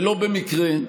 ולא במקרה,